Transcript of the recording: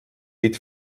eat